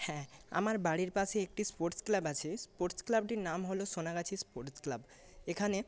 হ্যাঁ আমার বাড়ির পাশে একটি স্পোর্টস ক্লাব আছে স্পোর্টস ক্লাবটির নাম হল সোনাগাছি স্পোর্টস ক্লাব এখানে